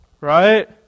right